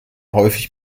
häufig